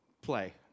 play